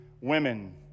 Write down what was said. women